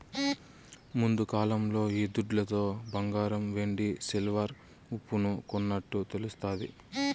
ముందుకాలంలో ఈ దుడ్లతో బంగారం వెండి సిల్వర్ ఉప్పును కొన్నట్టు తెలుస్తాది